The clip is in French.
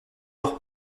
leurs